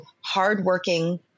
hardworking